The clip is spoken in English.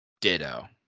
ditto